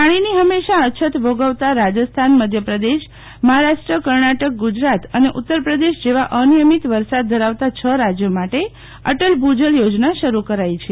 પાણીની ફમેશા અછત ભોગવતા રાજસ્થાનમધ્યપ્રદેશ મહારાષ્ટ્ર કર્ણાટકગુજરાત અને ઉત્તરપ્રદેશ જેવા અનિયમિત વરસાદ ધરાવતા છ રાજયો માટે અટલ ભુજલ યોજના શરૂ કરાઈ છે